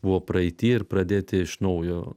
buvo praeity ir pradėti iš naujo